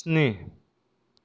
स्नि